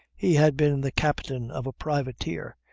he had been the captain of a privateer,